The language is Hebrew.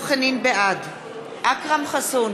בעד אכרם חסון,